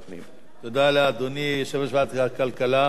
תודה לאדוני יושב-ראש ועדת הכלכלה,